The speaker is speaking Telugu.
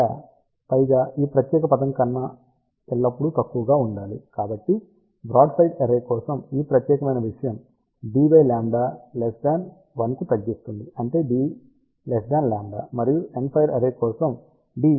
ఇక్కడ పైగా ఈ ప్రత్యేక పదం కన్నా ఎల్లప్పుడూ తక్కువ ఉండాలి కాబట్టి బ్రాడ్సైడ్ అర్రే కోసం ఈ ప్రత్యేకమైన విషయం d λ 1 కు తగ్గిస్తుంది అంటే d λ మరియు ఎండ్ఫైర్ అర్రే కోసం d λ 2